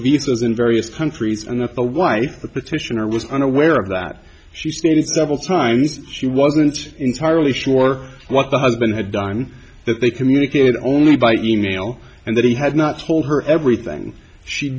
visas in various countries and that the wife the petitioner was unaware of that she stated several times she wasn't entirely sure what the husband had done that they communicated only by email and that he had not told her everything she